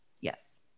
yes